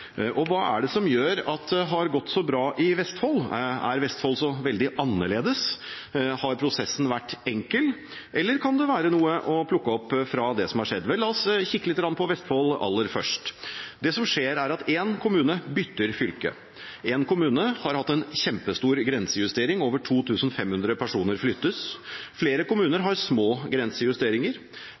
kommunen. Hva er det som gjør at det har gått så bra i Vestfold? Er Vestfold så veldig annerledes? Har prosessen vært enkel? Eller kan det være noe å plukke opp fra det som har skjedd? La oss kikke litt på Vestfold aller først. Det som skjer, er at én kommune bytter fylke. Én kommune har hatt en kjempestor grensejustering, over 2 500 personer flyttes. Flere kommuner har små grensejusteringer.